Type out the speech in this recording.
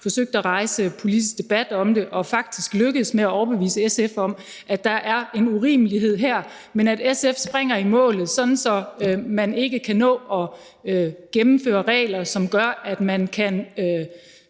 forsøgt at rejse politisk debat om det og faktisk lykkedes med at overbevise SF om, at der er en urimelighed her. Men SF springer i målet, sådan at man ikke kan nå at gennemføre regler, som gør, at folk kan